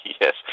Yes